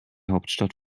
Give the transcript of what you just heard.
hauptstadt